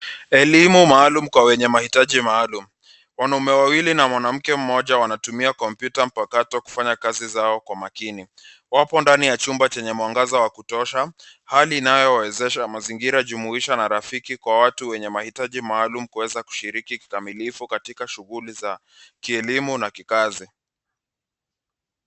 Elimu maalumu kwa wenye mahitaji maalum, wanaume wawili na mwanamke mmoja wanatumia kompyuta mpakato kufanya kazi zao kwa makini, wapo ndani ya chumba chenye mwangaza wa kutosha hali inayowezesha mazingira jumuishwa na rafiki kwa watu wenye mahitaji maalum kuweza kushiriki kikamilifu katika shughuli za kielimu na kikazi.